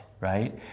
right